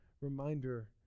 reminder